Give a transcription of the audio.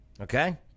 okay